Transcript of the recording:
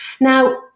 Now